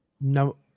No